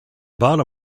bottom